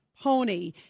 Pony